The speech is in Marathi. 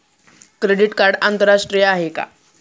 क्रेडिट कार्ड आंतरराष्ट्रीय आहे का?